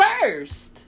first